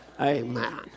amen